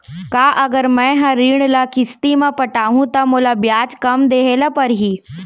का अगर मैं हा ऋण ल किस्ती म पटाहूँ त मोला ब्याज कम देहे ल परही?